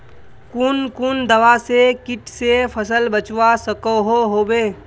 कुन कुन दवा से किट से फसल बचवा सकोहो होबे?